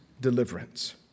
deliverance